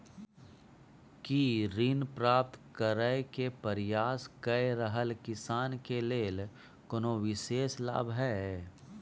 की ऋण प्राप्त करय के प्रयास कए रहल किसान के लेल कोनो विशेष लाभ हय?